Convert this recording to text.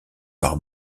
par